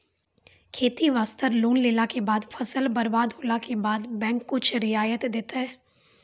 खेती वास्ते लोन लेला के बाद फसल बर्बाद होला के बाद बैंक कुछ रियायत देतै?